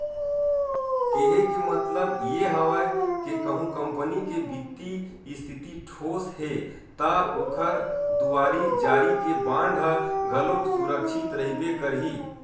केहे के मतलब ये हवय के कहूँ कंपनी के बित्तीय इस्थिति ठोस हे ता ओखर दुवारी जारी के बांड ह घलोक सुरक्छित रहिबे करही